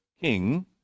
king